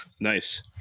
nice